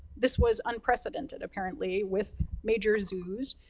this was unprecedented, apparently, with major zoos,